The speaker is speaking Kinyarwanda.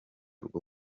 rwo